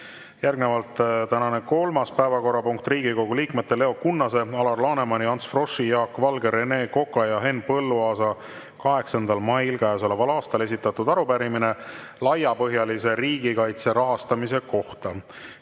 Järgnevalt tänane kolmas päevakorrapunkt: Riigikogu liikmete Leo Kunnase, Alar Lanemani, Ants Froschi, Jaak Valge, Rene Koka ja Henn Põlluaasa 8. mail käesoleval aastal esitatud arupärimine laiapõhjalise riigikaitse rahastamise kohta.